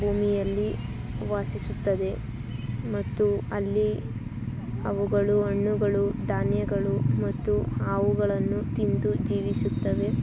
ಭೂಮಿಯಲ್ಲಿ ವಾಸಿಸುತ್ತದೆ ಮತ್ತು ಅಲ್ಲಿ ಅವುಗಳು ಹಣ್ಣುಗಳು ಧಾನ್ಯಗಳು ಮತ್ತು ಹಾವುಗಳನ್ನು ತಿಂದು ಜೀವಿಸುತ್ತವೆ